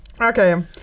Okay